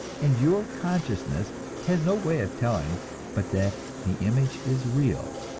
and your consciousness has no way of telling but that the image is real.